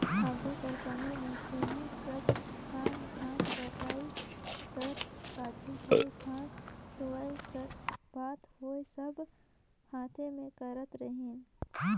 आघु कर समे में एही सब काम घांस कटई कर पाछू होए घांस लुवई कर बात होए सब हांथे में करत रहिन